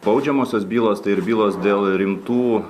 baudžiamosios bylos tai ir bylos dėl rimtų